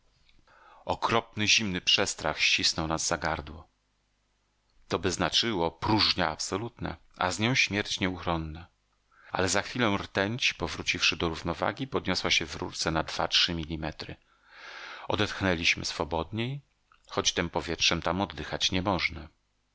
okropny zimny przestrach ścisnął nas za gardło toby znaczyło próżnia absolutna a z nią śmierć nieuchronna ale za chwilę rtęć powróciwszy do równowagi podniosła się w rurce na dwa mili metry odetchnęła swobodniej choć tem powietrzem tam oddychać nie można